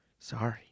Sorry